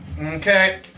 Okay